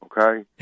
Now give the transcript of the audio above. okay